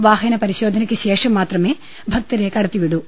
വാഹന പരിശോധനയ്ക്കുശേഷം മാത്രമേ ഭക്തരെ കടത്തിവി ടൂ